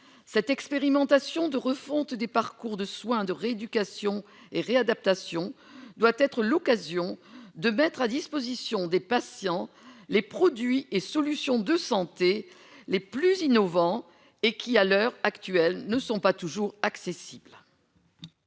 cette expérimentation de refonte des parcours de soins de rééducation et réadaptation doit être l'occasion de mettre à disposition des patients, les produits et solutions de santé les plus innovants et qui à l'heure actuelle, ne sont pas toujours accessible.